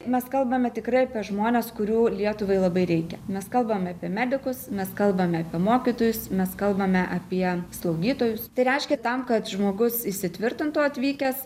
mes kalbame tikrai apie žmones kurių lietuvai labai reikia mes kalbame apie medikus mes kalbame apie mokytojus mes kalbame apie slaugytojus tai reiškia tam kad žmogus įsitvirtintų atvykęs